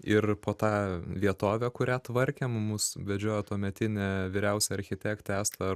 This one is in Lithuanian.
ir po tą vietovę kurią tvarkėm mus vedžiojo tuometinė vyriausia architektė asta